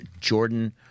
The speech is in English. Jordan